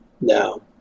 now